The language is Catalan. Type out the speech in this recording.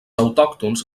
autòctons